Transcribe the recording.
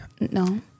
No